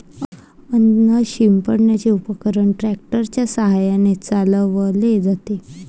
अन्न शिंपडण्याचे उपकरण ट्रॅक्टर च्या साहाय्याने चालवले जाते